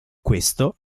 questo